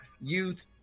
youth